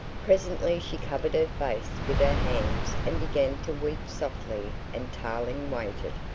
presently she covered her face with her hands and began to weep softly and tarling waited.